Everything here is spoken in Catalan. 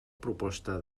proposta